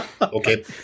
Okay